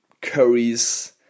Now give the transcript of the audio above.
curries